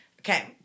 Okay